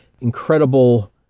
incredible